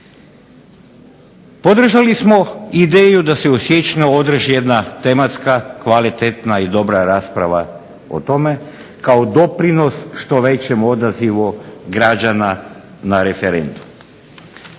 Podržali smo ideju da se u siječnju održi jedna kvalitetna, tematska i dobra rasprava o tome kako doprinos što većem odazivu građana na referendum.